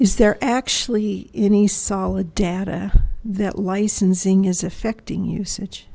is there actually any solid data that licensing is affecting usage